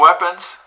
weapons